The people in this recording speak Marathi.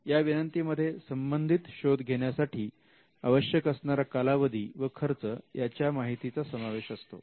या विनंती मध्ये संबंधित शोध घेण्यासाठी आवश्यक असणारा कालावधी व खर्च यांच्या माहितीचा समावेश असतो